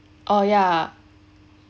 oh ya